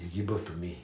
he give birth to me